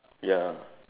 ya